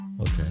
okay